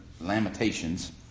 Lamentations